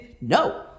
No